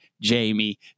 Jamie